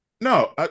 No